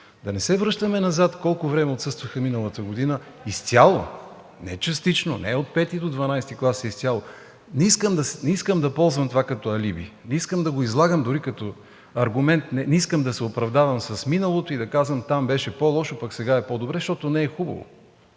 Да не се връщаме назад колко време отсъстваха миналата година изцяло – не частично, не от V до XII клас, а изцяло. Не искам да ползвам това като алиби, не искам да го излагам дори като аргумент, не искам да се оправдавам с миналото и да казвам: там беше по-лошо, пък сега е по-добре, защото не е хубаво.